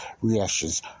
reactions